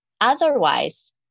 Otherwise